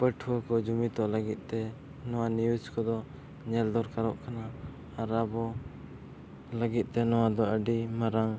ᱯᱟᱹᱴᱷᱣᱟᱹ ᱠᱚ ᱡᱩᱢᱤᱫᱚᱜ ᱞᱟᱹᱜᱤᱫᱛᱮ ᱱᱚᱣᱟ ᱠᱚᱫᱚ ᱧᱮᱞ ᱫᱚᱨᱠᱟᱨᱚᱜ ᱠᱟᱱᱟ ᱟᱨ ᱟᱵᱚ ᱞᱟᱹᱜᱤᱫᱛᱮ ᱱᱚᱣᱟᱫᱚ ᱟᱹᱰᱤ ᱢᱟᱨᱟᱝ